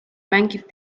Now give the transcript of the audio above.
mängib